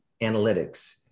analytics